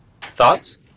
Thoughts